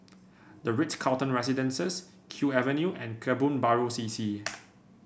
the Ritz Carlton Residences Kew Avenue and Kebun Baru C C